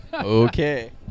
Okay